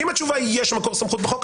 אם התשובה היא יש מקור סמכות בחוק,